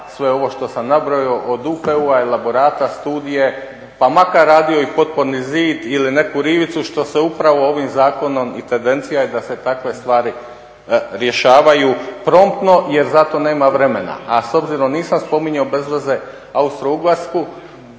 sve ovo što sam nabrojao od UPU-a, elaborata, studije, pa makar radio i potporni zid ili neku rivicu što se upravo ovim zakonom i tendencija je da se takve stvari rješavaju promptno jer za to nema vremena. A s obzirom, nisam spominjao bez veze Austro-ugarsku.